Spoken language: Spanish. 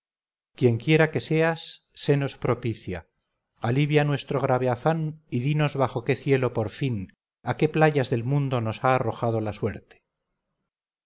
ninfas quienquiera que seas senos propicia alivia nuestro grave afán y dinos bajo qué cielo por fin a qué playas del mundo nos ha arrojado la suerte